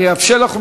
אני אאפשר לך,